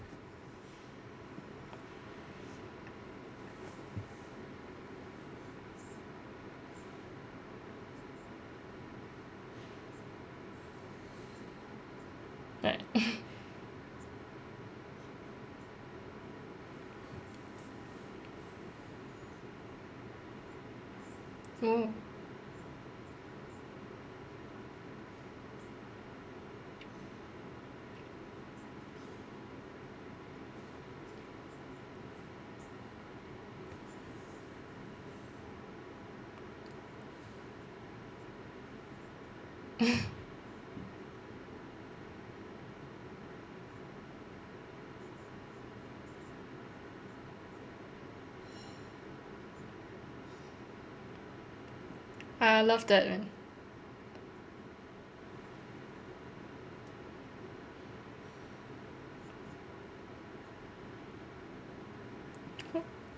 right oh ah I love that man oh